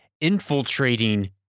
infiltrating